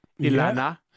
Ilana